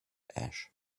ash